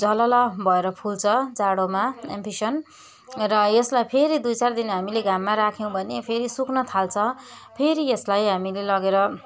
झलल भएर फुल्छ जाडोमा एम्फिसन र यसलाई फेरि दुईचार दिन हामीले घाममा राख्यौँ भने फेरि सुक्न थाल्छ फेरि यसलाई हामीले लगेर